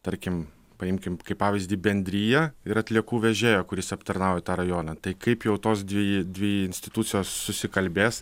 tarkim paimkim kaip pavyzdį bendriją ir atliekų vežėją kuris aptarnauja tą rajoną tai kaip jau tos dvi dvi institucijos susikalbės